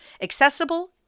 accessible